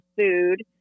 food